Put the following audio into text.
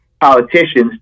politicians